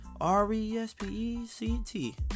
R-E-S-P-E-C-T